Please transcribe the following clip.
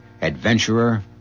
adventurer